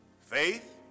faith